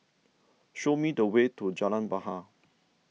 show me the way to Jalan Bahar